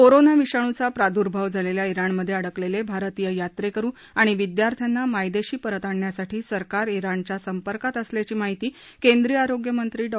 corona विषाणूचा प्रादुर्भाव झालेल्या इराणमधे अडकलेले भारतीय यात्रेकरू आणि विदयार्थ्यांना मायदेशी परत आणण्यासाठी सरकार इराणच्या संपर्कात असल्याची माहिती केंद्रीय आरोग्यमंत्री डॉ